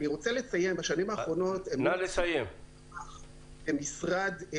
אני רוצה לציין שבשנים האחרונות במשרד היה